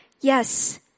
Yes